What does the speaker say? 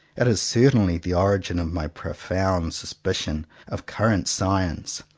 it is certainly the origin of my profound sus picion of current science.